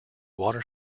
water